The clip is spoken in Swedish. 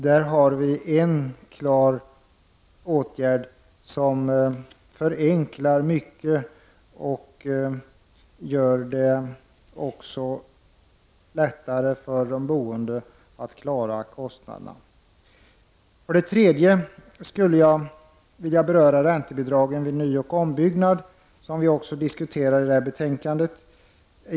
Det vore en åtgärd som skulle förenkla mycket och göra det lättare för de boende att klara kostnaderna. För det tredje skall jag diskutera frågan om räntebidragen vid nyoch ombyggnad. Den frågan diskuteras också i betänkandet.